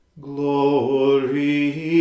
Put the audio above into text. Glory